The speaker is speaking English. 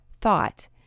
thought